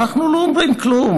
אנחנו לא אומרים כלום,